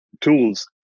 tools